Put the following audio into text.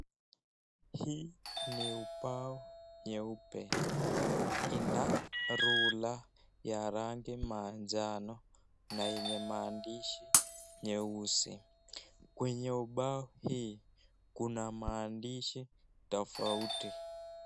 Hii ni ubao nyeupe ina ruler ya rangi manjano na yenye maandishi nyeusi, kwenye ubao hii kuna maandishi tofauti.